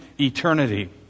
eternity